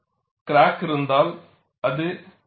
எனவே ஸ்லிப் நடவடிக்கை எவ்வாறு நிகழும் என்று அது ஆணையிடுகிறது